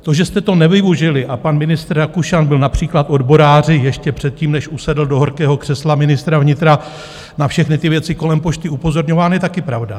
To, že jste to nevyužili, a pan ministr Rakušan byl například odboráři ještě předtím, než usedl do horkého křesla ministra vnitra, na všechny věci kolem Pošty upozorňován, je taky pravda.